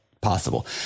possible